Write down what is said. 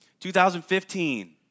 2015